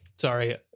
Sorry